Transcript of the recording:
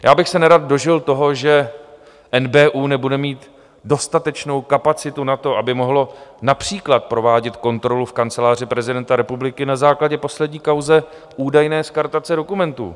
Nerad bych se dožil toho, že NBÚ nebude mít dostatečnou kapacitu na to, aby mohl například provádět kontrolu v Kanceláři prezidenta republiky na základě poslední kauzy údajné skartace dokumentů.